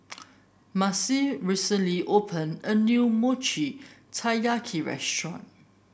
Marcie recently opened a new Mochi Taiyaki restaurant